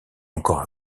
encore